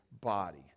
body